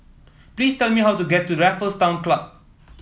please tell me how to get to Raffles Town Club